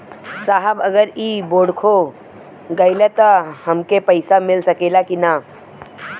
साहब अगर इ बोडखो गईलतऽ हमके पैसा मिल सकेला की ना?